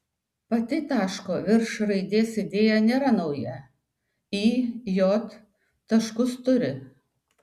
pati taško virš raidės idėja nėra nauja i j taškus turi